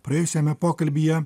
praėjusiame pokalbyje